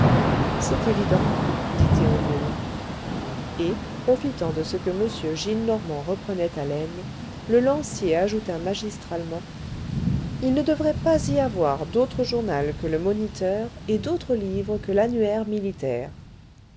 c'est évident dit théodule et profitant de ce que m gillenormand reprenait haleine le lancier ajouta magistralement il ne devrait pas y avoir d'autre journal que le moniteur et d'autre livre que l'annuaire militaire